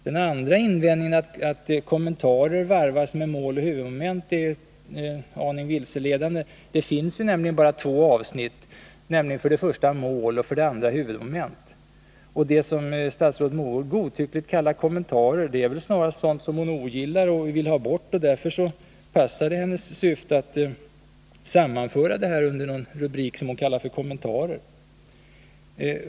Den andra invändningen, att kommentarer varvas med mål och huvudmoment, är en aning vilseledande. Det finns ju bara två avsnitt, nämligen för det första Mål och för det andra Huvudmoment. Det som statsrådet Mogård godtyckligt kallar kommentarer är väl snarast sådant som hon ogillar och vill ha bort, och därför passar det hennes syften att sammanföra detta under rubriken Kommentarer.